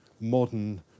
modern